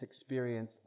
experience